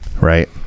right